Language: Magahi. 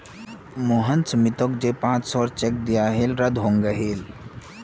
मोहन सुमीतोक जे पांच सौर चेक दियाहिल रद्द हंग गहील